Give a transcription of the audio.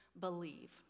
believe